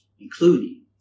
including